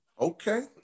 Okay